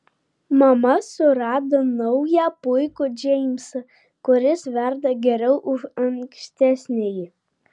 mama susirado naują puikų džeimsą kuris verda geriau už ankstesnįjį